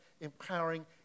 empowering